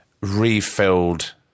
refilled